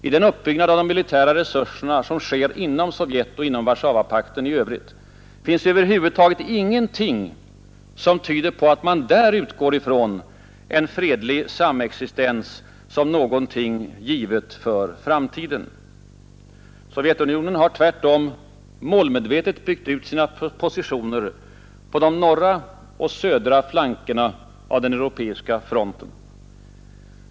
I den uppbyggnad av de militära resurserna som sker inom Sovjet och inom Warszawapakten i övrigt finns över huvud taget ingenting som tyder på att man där utgår ifrån en fredlig samexistens som något för framtiden givet. Sovjetunionen har tvärtom målmedvetet byggt ut sina positioner på de norra och södra flankerna av den europeiska fronten.